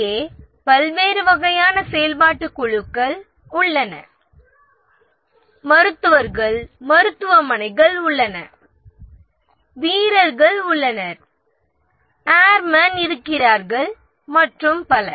இங்கே பல்வேறு வகையான செயல்பாட்டுக் குழுக்கள் உள்ளன மருத்துவர்கள் மருத்துவமனைகள் உள்ளன வீரர்கள் உள்ளனர் ஏர்மேன் இருக்கிறார்கள் மற்றும் பல